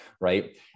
right